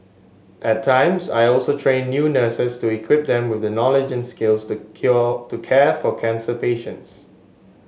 at times I also train new nurses to equip them with the knowledge and skills to kill to care for cancer patients